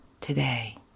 today